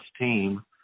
team